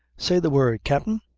say the word, capt'in.